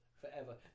forever